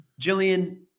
Jillian